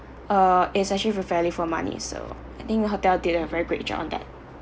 uh it's actually fulfilling for money so I think hotel did a very great job on that